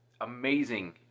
amazing